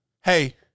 Hey